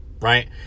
Right